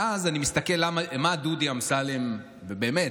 ואז אני מסתכל מה דודי אמסלם ובאמת,